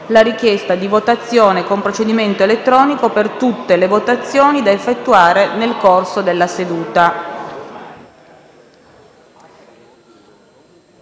la richiesta di votazione con procedimento elettronico per tutte le votazioni da effettuare nel corso della seduta.